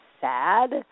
sad